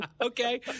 okay